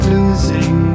Losing